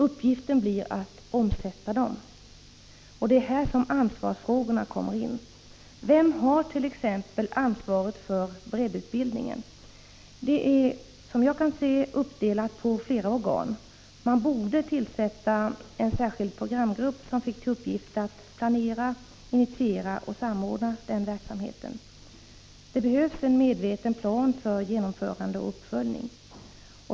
Uppgiften blir att omsätta dessa i praktiken. Och det är här som ansvarsfrågorna kommer in. Vem har t.ex. ansvaret för breddutbildningen? Det är, som jag kan se det, uppdelat på flera organ. Man borde tillsätta en särskild programgrupp, som fick till uppgift att planera, initiera och samordna den verksamheten. Det behövs en medveten plan för genomförande och uppföljning.